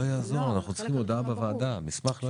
הוא נעדר מעבודתו לצורך השגחה על ילדו הנמצא עימו,